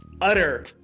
utter